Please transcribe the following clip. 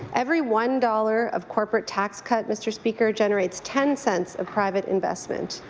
every one dollar of corporate tax cut, mr. speaker, generates ten cents of private investments.